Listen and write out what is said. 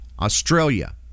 Australia